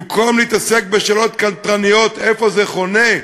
במקום להתעסק בשאלות קנטרניות איפה זה חונה,